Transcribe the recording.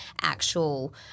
actual